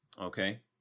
Okay